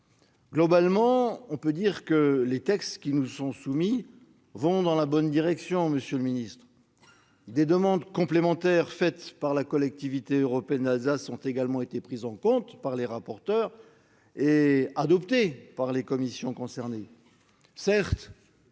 Globalement, on peut dire que les textes qui nous sont soumis vont dans la bonne direction, monsieur le ministre. Des demandes complémentaires formulées par la Collectivité européenne d'Alsace ont été prises en compte par les rapporteurs et adoptées par les commissions concernées. Certes,